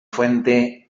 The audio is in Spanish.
fuente